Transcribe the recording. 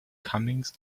comings